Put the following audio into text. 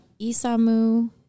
Isamu